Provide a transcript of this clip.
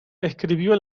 escribió